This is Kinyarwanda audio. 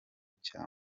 cya